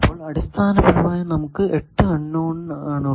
അപ്പോൾ അടിസ്ഥാനപരമായി നമുക്ക് 8 അൺ നോൺ ആണ് ഉള്ളത്